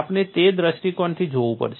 આપણે તે દૃષ્ટિકોણથી જોવું પડશે